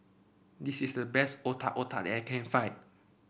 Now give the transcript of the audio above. this is the best Otak Otak that I can find